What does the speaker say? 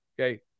Okay